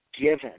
given